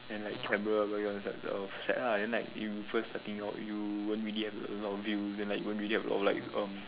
and like camera but you become sad lah then like you first starting out you won't really have a lot of views and like you won't really have a lot of like um